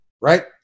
Right